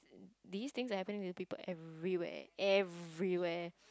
these things are happening to people everywhere everywhere